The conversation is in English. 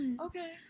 Okay